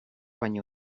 baino